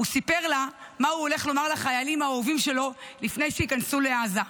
הוא סיפר לה מה הוא הולך לומר לחיילים האהובים שלו לפני שייכנסו לעזה.